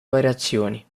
variazioni